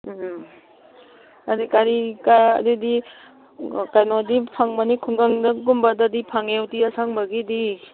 ꯎꯝ ꯍꯥꯏꯗꯤ ꯀꯔꯤ ꯑꯗꯨꯗꯤ ꯀꯩꯅꯣꯗꯤ ꯐꯪꯕꯅꯤ ꯈꯨꯡꯒꯪꯗꯒꯨꯝꯕꯗꯗꯤ ꯐꯪꯉꯦ ꯎꯇꯤ ꯑꯁꯪꯕꯒꯤꯗꯤ